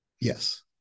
Yes